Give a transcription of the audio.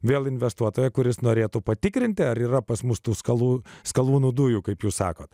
vėl investuotojo kuris norėtų patikrinti ar yra pas mus tų skolų skalūnų dujų kaip jūs sakote